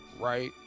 Right